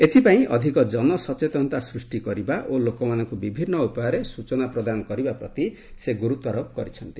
ଏଥିପାଇଁ ଅଧିକ ଜନସଚେତନତା ସୃଷ୍ଟି କରିବା ଓ ଲୋକମାନଙ୍କୁ ବିଭିନ୍ନ ଉପାୟରେ ସୂଚନା ପ୍ରଦାନ କରିବା ପ୍ରତି ସେ ଗୁର୍ତ୍ୱାରୋପ କରିଛନ୍ତି